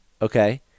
Okay